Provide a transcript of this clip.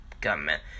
government